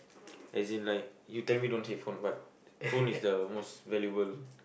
as in like you tell me don't say phone but phone is the most valuable